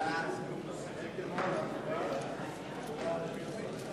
חוק הקולנוע (הוראת שעה) (תיקון), התשס”ט 2009,